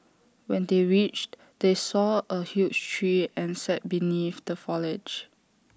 when they reached they saw A huge tree and sat beneath the foliage